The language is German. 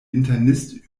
internist